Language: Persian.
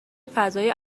فضای